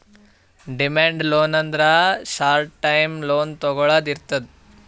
demand loan ಅಂದ್ರ short term loan ತೊಗೊಳ್ದೆ ಇರ್ತದ್